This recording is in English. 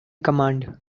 command